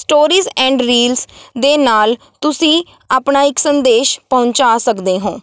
stories and reels ਦੇ ਨਾਲ ਤੁਸੀਂ ਆਪਣਾ ਇੱਕ ਸੰਦੇਸ਼ ਪਹੁੰਚਾ ਸਕਦੇ ਹੋਂ